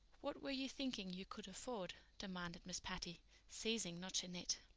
what were you thinking you could afford? demanded miss patty, ceasing not to knit.